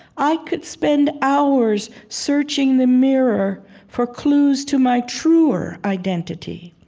i could spend hours searching the mirror for clues to my truer identity,